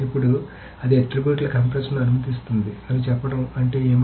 ఇప్పుడు అది ఆట్రిబ్యూట్ల కంప్రెస్ ను అనుమతిస్తుంది అని చెప్పడం అంటే ఏమిటి